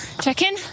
check-in